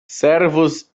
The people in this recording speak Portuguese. servos